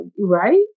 right